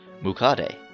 Mukade